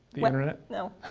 the internet? no,